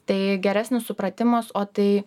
tai geresnis supratimas o tai